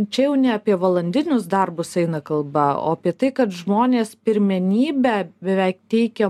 čia jau ne apie valandinius darbus eina kalba o apie tai kad žmonės pirmenybę beveik teikia